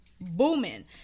booming